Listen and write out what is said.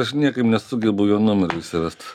aš niekaip nesugebu jo numerio įsivest